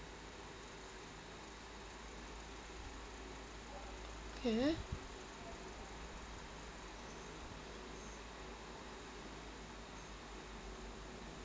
okay